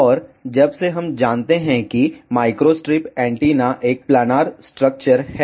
और जब से हम जानते हैं कि माइक्रो स्ट्रिप एंटीना एक प्लानर स्ट्रक्चर है